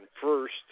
first